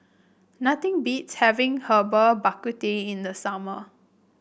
nothing beats having Herbal Bak Ku Teh in the summer